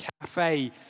Cafe